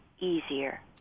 easier